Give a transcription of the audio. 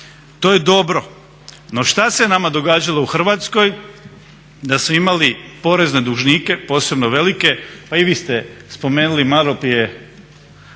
To je dobro, no što se nama događalo u Hrvatskoj, da smo imali porezne dužnike, posebno velike. Pa i vi ste spomenuli maloprije,